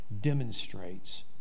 Demonstrates